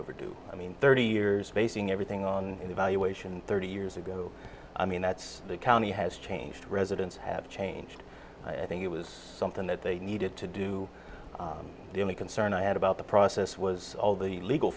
overdue i mean thirty years basing everything on evaluation thirty years ago i mean that's the county has changed residents have changed i think it was something that they needed to do the only concern i had about the process was all the legal